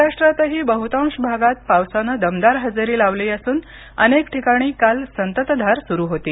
महाराष्ट्रातही बहुतांश भागात पावसानं दमदार हजेरी लावली असून अनेक ठिकाणी काल संततधार सुरू होती